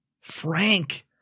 Frank